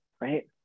right